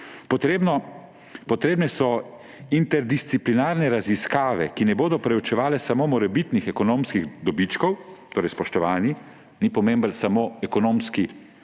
»Potrebne so interdisciplinarne raziskave, ki ne bodo preučevale samo morebitnih ekonomskih dobičkov,« torej, spoštovani, ni pomemben samo ekonomski